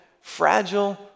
fragile